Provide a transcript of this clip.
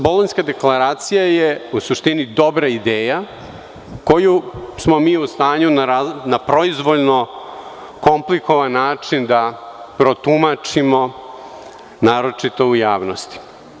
Bolonjska deklaracija je u suštini dobra ideja koju smo mi u stanju na proizvoljno komplikovan način da protumačimo, naročito u javnosti.